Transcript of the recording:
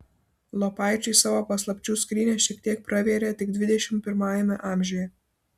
lopaičiai savo paslapčių skrynią šiek tiek pravėrė tik dvidešimt pirmajame amžiuje